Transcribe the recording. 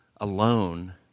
alone